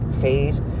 phase